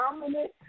dominant